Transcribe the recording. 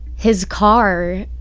his car.